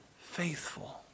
faithful